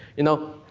you know.